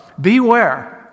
beware